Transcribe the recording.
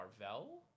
marvel